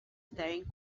staring